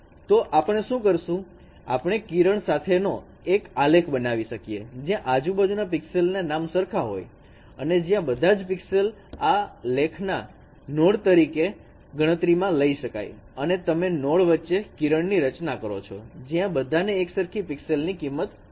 તો આપણે શું કરશુંઆપણે કિરણ સાથે નો એક આલેખ બનાવી શકીએ જ્યાં આજુબાજુના પિક્સેલસ ના નામ સરખા હોય અને જ્યાં બધા જ પિક્સેલ ને આ લેખના નોડ તરીકે ગણતરી માં લઈ શકાય અને તમે નોડ વચ્ચે કિરણ ની રચના કરો છો જ્યાં બધાને એકસરખી પિક્સેલસ ની કિંમત મળેલી હોય છે